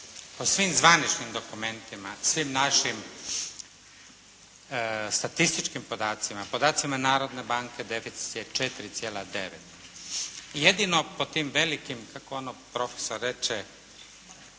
Po svim zvaničnim dokumentima, svim našim statističkim podacima, podacima Narodne banke, deficit je 4,9. I jedino po tim velikim, kako ono profesor reče,